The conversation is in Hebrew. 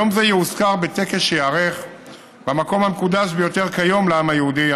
יום זה יאוזכר בטקס שייערך במקום המקודש ביותר כיום לעם היהודי,